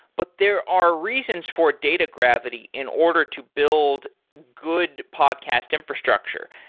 but there are reasons for data gravity in order to build good podcast infrastructure.